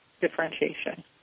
differentiation